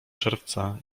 czerwca